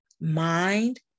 mind